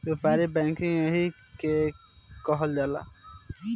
व्यापारिक बैंक एही के कहल जाला